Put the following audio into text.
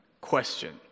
question